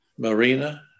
Marina